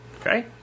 Okay